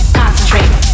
Concentrate